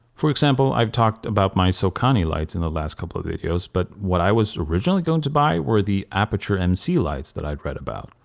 for example i've talked about my sokani lights in the last couple of videos but what i was originally going to buy were the aputure mc lights that i'd read about.